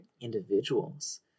individuals